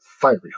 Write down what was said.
fiery